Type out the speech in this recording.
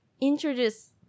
introduce